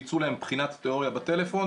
ביצעו להם בחינת תיאוריה בטלפון,